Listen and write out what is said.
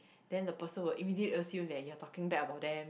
then the person will immediately assume that your talking bad about them